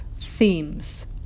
themes